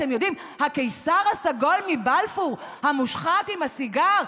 אתם יודעים: הקיסר הסגול מבלפור, המושחת עם הסיגר.